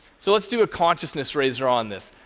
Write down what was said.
so let's do a consciousness-raiser on this.